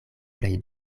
plej